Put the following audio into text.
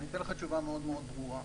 אני אתן לך תשובה מאוד מאוד ברורה,